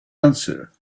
answer